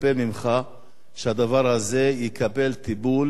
מצפה ממך שהדבר הזה יקבל טיפול